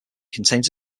contains